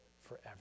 forever